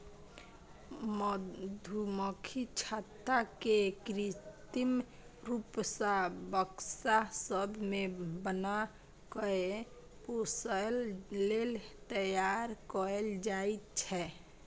मधुमक्खी छत्ता केँ कृत्रिम रुप सँ बक्सा सब मे बन्न कए पोसय लेल तैयार कयल जाइ छै